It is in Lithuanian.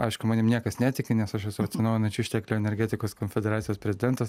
aišku manim niekas netiki nes aš esu atsinaujinančių išteklių energetikos konfederacijos prezidentas